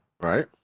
Right